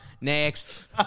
next